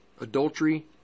adultery